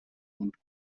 und